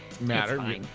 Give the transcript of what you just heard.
matter